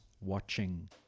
watching